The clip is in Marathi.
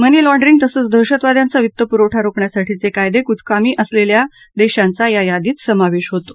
मनी लॉंड्रींग तसंच दहशतवाद्यांचा वित्त पुरवठा रोखण्यासाठीचे कायदे कुचकामी असलेल्या देशांचा या यादीत समावेश होतो